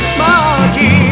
monkey